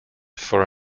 for